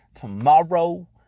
tomorrow